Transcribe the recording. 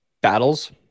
battles